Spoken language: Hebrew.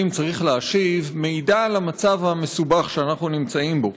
צריך להשיב מעידה על המצב המסובך שאנחנו נמצאים בו.